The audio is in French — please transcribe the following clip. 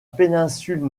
péninsule